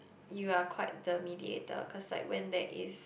you are quite the mediator cause like when there is